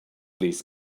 these